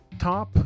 top